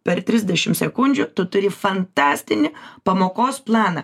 per trisdešimt sekundžių tu turi fantastinį pamokos planą